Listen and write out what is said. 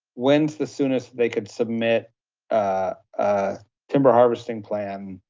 when's the soonest they could submit a timber harvesting plan